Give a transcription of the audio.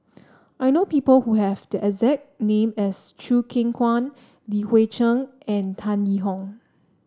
I know people who have the exact name as Choo Keng Kwang Li Hui Cheng and Tan Yee Hong